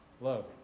Love